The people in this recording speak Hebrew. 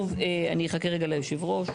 אני אחכה רגע ליושב הראש.